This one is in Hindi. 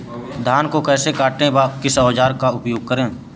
धान को कैसे काटे व किस औजार का उपयोग करें?